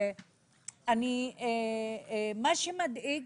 מה שמדאיג,